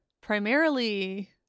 primarily